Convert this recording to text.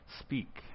speak